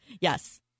yes